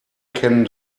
kennen